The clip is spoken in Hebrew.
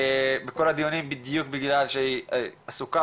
בכל הדיונים בדיוק בגלל שהיא עסוקה